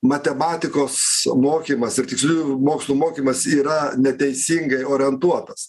matematikos mokymas ir tiksliųjų mokslų mokymas yra neteisingai orientuotas